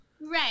Right